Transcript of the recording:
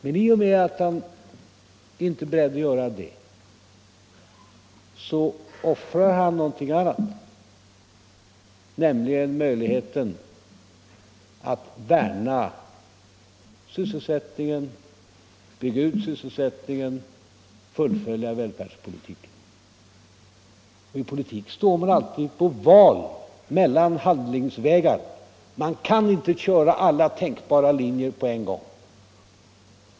Men i och med att han inte är beredd att göra det offrar han någonting annat, nämligen möjligheten att värna och bygga ut syssel sättningen och att fullfölja välfärdspolitiken. I politiken står man alltid inför val mellan olika handlingsvägar. Man kan inte köra alla tänkbara linjer på en gång.